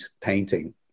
painting